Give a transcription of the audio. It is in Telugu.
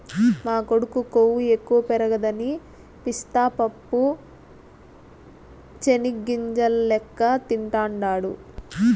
మా కొడుకు కొవ్వు ఎక్కువ పెరగదని పిస్తా పప్పు చెనిగ్గింజల లెక్క తింటాండాడు